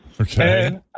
Okay